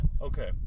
Okay